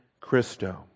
Christo